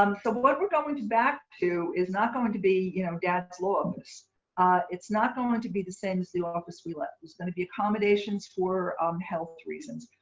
um so what we're going to back to is not going to be you know dad's law office. it's not going to be the same as the office we left. it's going to be accommodations for um health reasons.